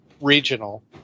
regional